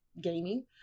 gaming